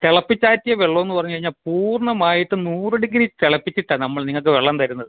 തിളപ്പിച്ചാറ്റിയ വെള്ളമെന്നു പറഞ്ഞു കഴിഞ്ഞാൽ പൂർണ്ണമായിട്ടും നൂറ് ഡിഗ്രി തിളപ്പിച്ചിട്ടാണ് നമ്മൾ നിങ്ങൾക്ക് വെള്ളം തരുന്നത്